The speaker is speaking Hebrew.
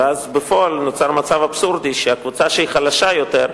ואז בפועל נוצר מצב אבסורדי: קבוצה שהיא חלשה יותר,